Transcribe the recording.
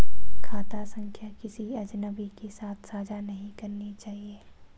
खाता संख्या किसी अजनबी के साथ साझा नहीं करनी चाहिए